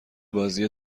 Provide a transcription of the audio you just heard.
بازی